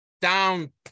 down